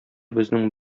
безнең